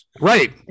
Right